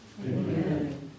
Amen